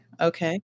Okay